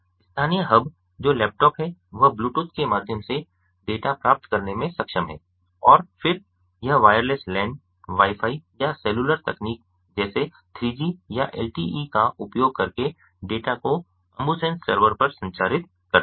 स्थानीय हब जो लैपटॉप है वह ब्लूटूथ के माध्यम से डेटा प्राप्त करने में सक्षम है और फिर यह वायरलेस लैन वाई फाई या सेलुलर तकनीक जैसे 3 जी या एलटीई का उपयोग करके डेटा को अम्बुसेन्स सर्वर पर संचारित करता है